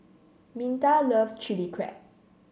Minta loves Chili Crab